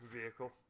vehicle